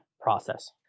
process